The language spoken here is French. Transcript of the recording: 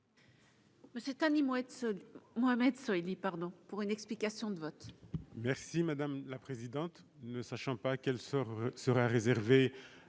M. Thani Mohamed Soilihi, pour explication de vote.